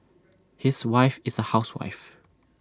his wife is A housewife